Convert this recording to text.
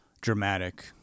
dramatic